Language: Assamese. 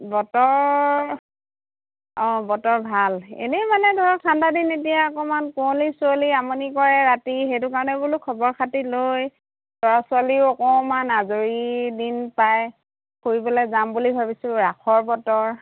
বতৰ অঁ বতৰ ভাল এনেই মানে ধৰক ঠাণ্ডা দিন এতিয়া অকণমান কুঁৱলি ছোৱলি আমনি কৰে ৰাতি সেইটো কাৰণে বোলো খবৰ খাতি লৈ ল'ৰা ছোৱালীও অকণমান আজৰি দিন পায় ফুৰিবলৈ যাম বুলি ভাবিছোঁ ৰাসৰ বতৰ